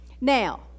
Now